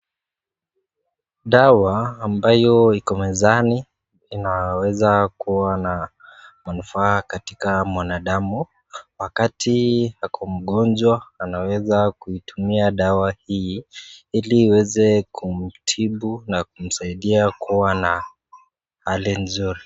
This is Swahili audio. Dawa ambayo iko mezani, inaweza kuwa na manufaa katika binadamu, wakati ako mgonjwa anaweza kuitumia dawa hii ili iweze kumtibu na kumsaidia kuwa na hali nzuri.